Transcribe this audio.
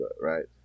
right